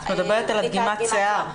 את מדברת על דגימת השיער.